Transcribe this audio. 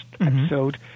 episode